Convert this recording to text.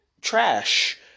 trash